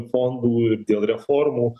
fondų ir dėl reformų